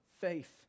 faith